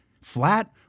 Flat